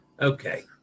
Okay